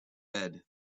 fed